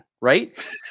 right